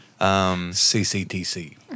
CCTC